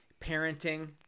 parenting